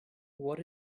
what